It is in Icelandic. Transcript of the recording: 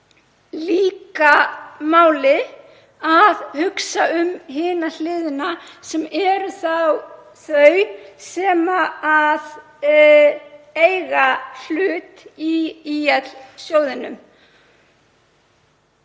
líka máli að hugsa um hina hliðina sem eru þau sem eiga hlut í sjóðunum.